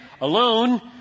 alone